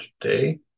today